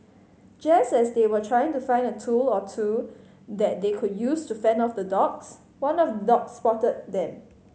just as they were trying to find a tool or two that they could use to fend off the dogs one of the dogs spotted them